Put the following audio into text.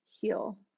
heal